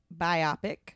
biopic